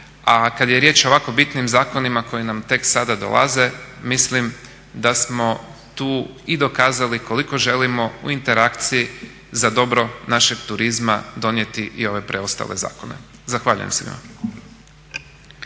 a kad je riječ o ovako bitnim zakonima koji nam tek sada dolaze mislim da smo tu i dokazali koliko želimo u interakciji za dobro našeg turizma donijeti i ove preostale zakone. Zahvaljujem se.